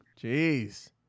Jeez